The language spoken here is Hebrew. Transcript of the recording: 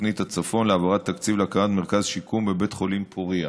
תוכנית הצפון להעברת תקציב להקמת מרכז שיקום בבית חולים פוריה.